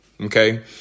okay